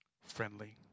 friendly